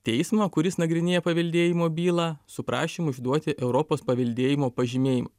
teismą kuris nagrinėja paveldėjimo bylą su prašymu išduoti europos paveldėjimo pažymėjimą